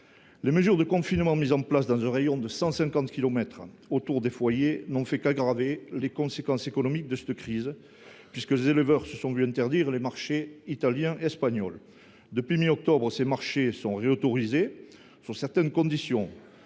Les mesures de confinement mises en place dans un rayon de 150 kilomètres autour des foyers n’ont fait qu’aggraver les conséquences économiques de cette crise, puisque les éleveurs se sont vu interdire les marchés italien et espagnol. Depuis la mi octobre, ces marchés sont de nouveau autorisés, sous certaines conditions.